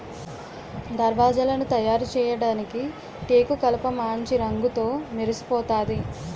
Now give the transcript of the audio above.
దర్వాజలను తయారుచేయడానికి టేకుకలపమాంచి రంగుతో మెరిసిపోతాది